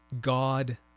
God